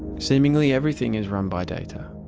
seemingly everything is run by data.